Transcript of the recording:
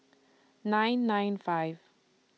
nine nine five